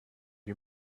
you